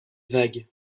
vague